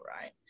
right